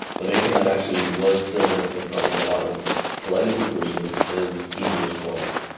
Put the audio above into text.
the main thing that actually was still missing from a lot of the legacy solutions is easy restores.